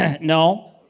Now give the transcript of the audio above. No